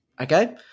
Okay